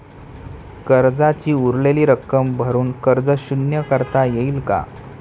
कर्जाची उरलेली रक्कम भरून कर्ज शून्य करता येईल का?